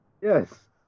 Yes